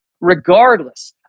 regardless